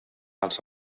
els